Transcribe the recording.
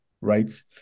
Right